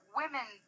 women